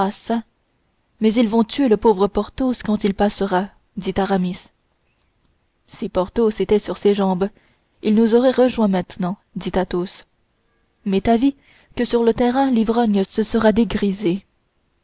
mais ils vont tuer le pauvre porthos quand il passera dit aramis si porthos était sur ses jambes il nous aurait rejoints maintenant dit athos m'est avis que sur le terrain l'ivrogne se sera dégrisé